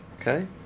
Okay